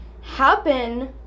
happen